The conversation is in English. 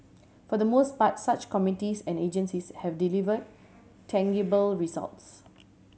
for the most part such committees and agencies have deliver tangible results